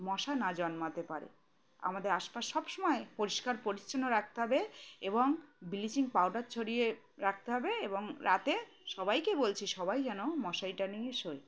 মশা না জন্মাতে পারে আমাদের আশপাশ সবসময় পরিষ্কার পরিচ্ছন্ন রাখতে হবে এবং ব্লিচিং পাউডার ছড়িয়ে রাখতে হবে এবং রাতে সবাইকে বলছি সবাই যেন মশারি টাঙিয়ে শোয়